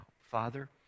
Father